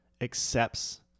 accepts